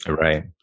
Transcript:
right